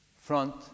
front